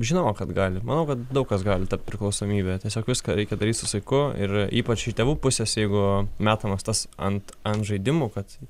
žinoma kad gali manau kad daug kas gali tapt priklausomybe tiesiog viską reikia daryti su saiku ir ypač iš tėvų pusės jeigu metamas tas ant ant žaidimų kad